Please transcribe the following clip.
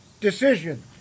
decision